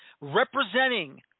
representing